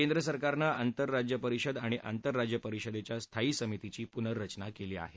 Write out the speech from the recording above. केंद्रसरकारनं आंतर राज्यपरिषद आणि आंतर राज्यपरिषदेच्या स्थायी समितीची प्नर्रचना केली आहे